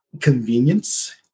convenience